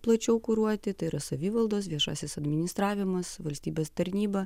plačiau kuruoti tai yra savivaldos viešasis administravimas valstybės tarnyba